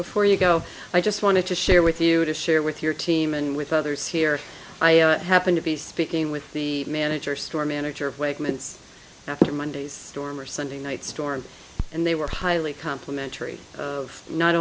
before you go i just wanted to share with you to share with your team and with others here i happened to be speaking with the manager store manager of wake minutes after monday's storm or sunday night's storm and they were highly complimentary of not